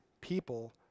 people